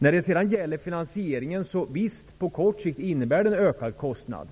När det sedan gäller finansieringen vill jag säga: Visst, på kort sikt innebär det en ökad kostnad.